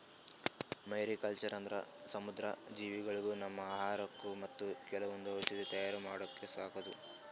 mariculture ಅಂದ್ರ ಸಮುದ್ರ ಜೀವಿಗೊಳಿಗ್ ನಮ್ಮ್ ಆಹಾರಕ್ಕಾ ಮತ್ತ್ ಕೆಲವೊಂದ್ ಔಷಧಿ ತಯಾರ್ ಮಾಡಕ್ಕ ಸಾಕದು